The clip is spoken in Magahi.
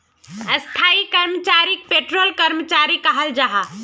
स्थाई कर्मचारीक पेरोल कर्मचारी कहाल जाहा